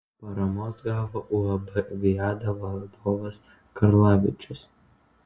paramos gavo uab viada vadovas karlavičius